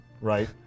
right